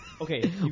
Okay